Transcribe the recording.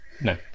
No